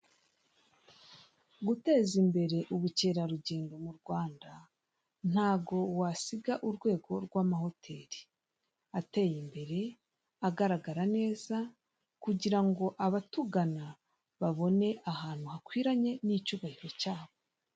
Guteza imbere ubukerarugendo mu Rwanda ntago wasiga amahoteli ateye imbere, agaragara neza, kugira ngo abatugana babone ahantu hakwiranye n'icyubahiro cyabo.